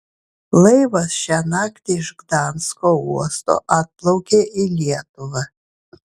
laivas šią naktį iš gdansko uosto atplaukė į lietuvą